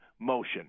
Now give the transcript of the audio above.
motion